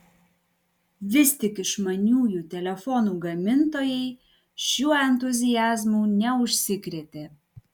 vis tik išmaniųjų telefonų gamintojai šiuo entuziazmu neužsikrėtė